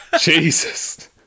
Jesus